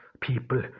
people